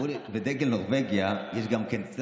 אמרו לי שבדגל נורבגיה יש גם צלב,